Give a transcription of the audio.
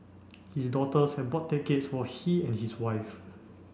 his daughters had bought tickets for he and his wife